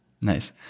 nice